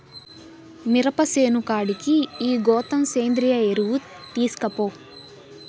మిరప సేను కాడికి ఈ గోతం సేంద్రియ ఎరువు తీస్కపో